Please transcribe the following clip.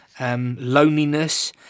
Loneliness